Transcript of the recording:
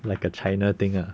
like a china thing ah